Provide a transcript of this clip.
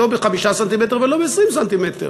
לא ב-5 סנטימטרים ולא ב-20 סנטימטר.